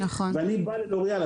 ואני בא ללוריאל,